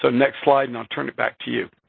so next slide, and i'll turn it back to you.